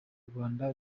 rwanda